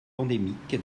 endémique